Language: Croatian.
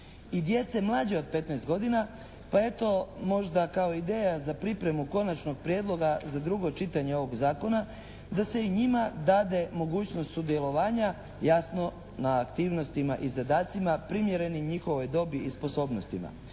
i djece mlađe od petnaest godina, pa eto možda kao ideja za pripremu konačnog prijedloga za drugo čitanje ovog zakona da se njima dade mogućnost sudjelovanja, jasno na aktivnostima i zadacima primjerenih njihovoj dobi i sposobnostima.